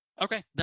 Okay